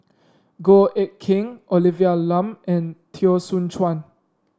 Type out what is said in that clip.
Goh Eck Kheng Olivia Lum and Teo Soon Chuan